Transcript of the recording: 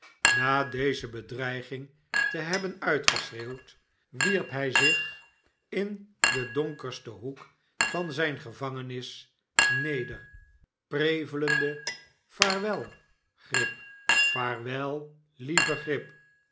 na deze bedreiging te hebben uitgeschreeuwd wierp hij zich inden donkersten hoek van zijne gevangenis neder prevelendetmen doet pogingen om barnaby te ontzetten vaarwel grip vaarwel lieve grip